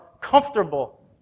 comfortable